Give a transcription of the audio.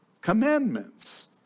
Commandments